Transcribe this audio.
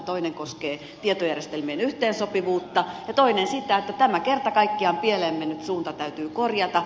toinen koskee tietojärjestelmien yhteensopivuutta ja toinen sitä että tämä kerta kaikkiaan pieleen mennyt suunta täytyy korjata